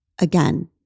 again